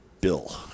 Bill